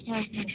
हं